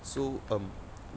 so um